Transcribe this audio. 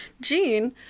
Gene